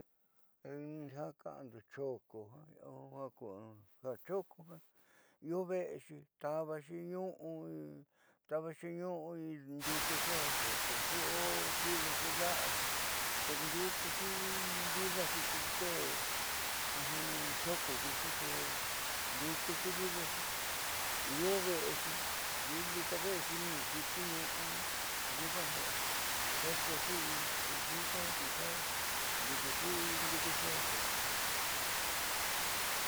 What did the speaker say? Ja kaando choko ja choko jiaa io ve'exi tavaxi ñu'u tavaxi ñu'u ndiukuxi ja xexexi o xiidoxi da'axi pero ndiukuxi vidaxi tiuku kuee choko kuuxi ko ndiukuxi vidaxi io ve'exi vilika ve'exi nuun xiti ñuune nyuuka xeetexi nyuuka ku ja ndiukuxi ja xexexi.